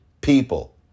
people